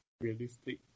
realistic